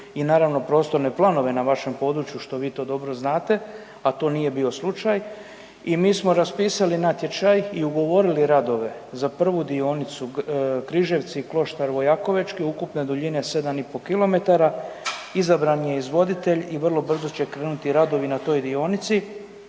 i naravno i prostorne planove na vašem području, što vi to dobro znate, a to nije bio slučaj. I mi smo raspisali natječaj i ugovorili radove za prvu dionicu Križevci-Kloštar Vojakovečki ukupne duljine 7,5 km, izabran je izvoditelj i vrlo brzo će krenuti radovi na toj dionici.